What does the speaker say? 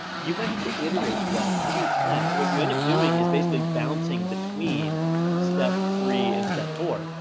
you might have to iterate to that a few times, or you end up doing is basically bouncing between step three and step four.